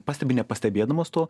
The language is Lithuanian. pastebi nepastebėdamos to